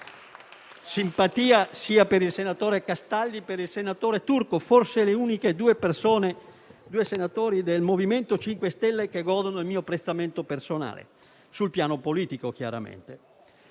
simpatia sia per il sottosegretario Castaldi che per il sottosegretario Turco, forse gli unici due senatori del MoVimento 5 Stelle che godono del mio apprezzamento personale, sul piano politico chiaramente.